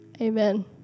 Amen